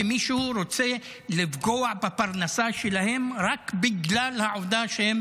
ומישהו רוצה לפגוע בפרנסה שלהם רק בגלל העובדה שהם